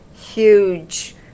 huge